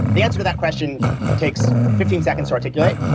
the answer to that question takes fifteen seconds to articulate.